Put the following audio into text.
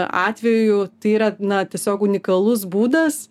atveju tai yra na tiesiog unikalus būdas